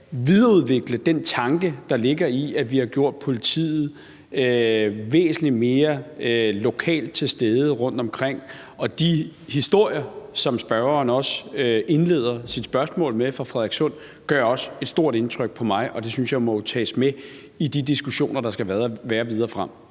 at videreudvikle den tanke, der ligger bag, at vi har fået politiet til at være væsentlig mere lokalt til stede rundtomkring. De historier fra Frederikssund, som spørgeren også indleder sit spørgsmål med, gør også et stort indtryk på mig, og det synes jeg må tages med i de diskussioner, der skal være videre frem.